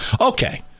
Okay